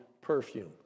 perfume